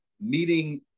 meeting